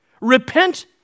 Repent